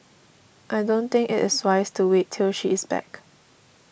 I don't think it is wise to wait till she is back